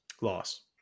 loss